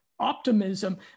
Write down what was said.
Optimism